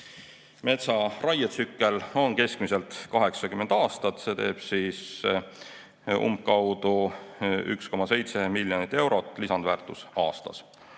Metsaraietsükkel on keskmiselt 80 aastat, see teeb umbkaudu 1,7 miljonit eurot lisandväärtust aastas.